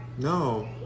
No